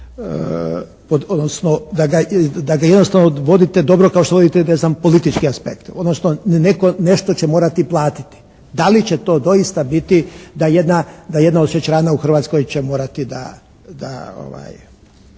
da ga jednostavno vodite dobro kao što vodite ne znam politički aspekt, odnosno netko nešto će morati platiti. Da li će to doista biti da jedna šećerana u Hrvatskoj će morati da